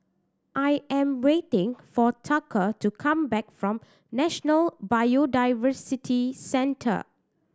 I am waiting for Tucker to come back from National Biodiversity Centre